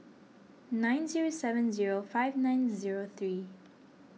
nine zero seven zero five nine zero three